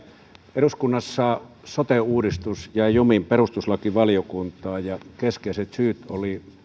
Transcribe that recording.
eduskunnassa sote uudistus jäi jumiin perustuslakivaliokuntaan ja keskeiset syyt olivat